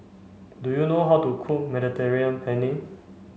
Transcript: do you know how to cook Mediterranean Penne